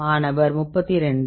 மாணவர் 32